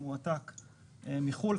הוא מועתק מחו"ל,